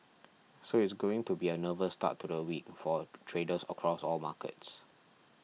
so it's going to be a nervous start to the week for traders across all markets